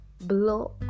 blow